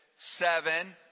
seven